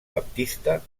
baptista